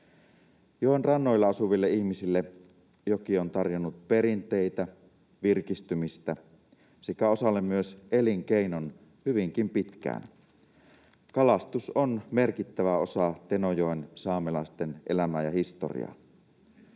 Joen rannoilla asuville ihmisille joki on tarjonnut perinteitä, virkistymistä sekä osalle myös elinkeinon hyvinkin pitkään. Kalastus on merkittävä osa Tenojoen saamelaisten elämää ja historiaa.